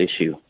issue